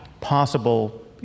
possible